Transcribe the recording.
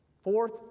Fourth